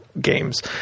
games